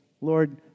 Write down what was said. Lord